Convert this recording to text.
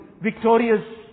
victorious